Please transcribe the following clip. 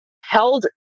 held